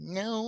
no